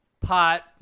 pot